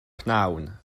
pnawn